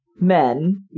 men